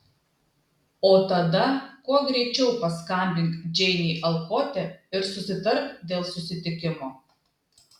o tada kuo greičiau paskambink džeinei alkote ir susitark dėl susitikimo